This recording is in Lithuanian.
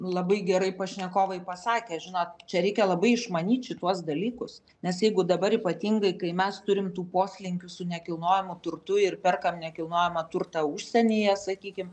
labai gerai pašnekovai pasakė žinot čia reikia labai išmanyt šituos dalykus nes jeigu dabar ypatingai kai mes turim tų poslinkių su nekilnojamu turtu ir perkam nekilnojamą turtą užsienyje sakykim